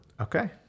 Okay